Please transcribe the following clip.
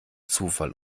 zufall